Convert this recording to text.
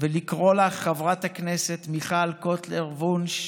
ולקרוא לך חברת הכנסת מיכל קוטלר וונש.